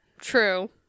true